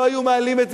לא היו מעלים את זה,